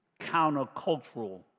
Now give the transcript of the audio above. countercultural